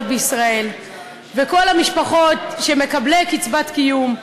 בישראל ולכל המשפחות של מקבלי קצבת קיום,